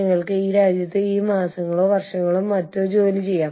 ഇതാണ് അന്താരാഷ്ട്ര മാനവ വിഭവശേഷി മാനേജ്മെന്റ്